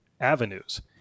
avenues